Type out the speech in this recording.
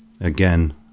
Again